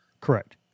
Correct